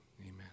amen